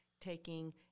taking